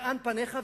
לאן פניך.